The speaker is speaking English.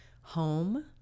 home